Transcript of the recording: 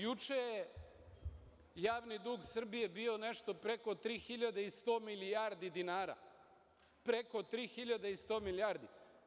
Juče je javni dug Srbije bio nešto preko 3.100 milijardi dinara, preko 3.100 milijardi.